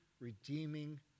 redeeming